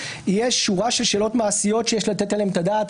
יש שורה של שאלות מעשיות שיש לתת עליהן את הדעת.